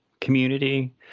community